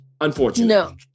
unfortunately